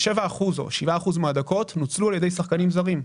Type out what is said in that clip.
7% מהדקות נוצלו על ידי שחקנים זרים.